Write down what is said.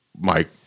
Mike